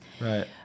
right